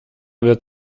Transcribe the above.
wird